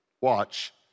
watch